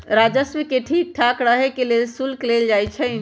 राजस्व के ठीक ठाक रहे के लेल शुल्क लेल जाई छई